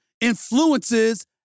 influences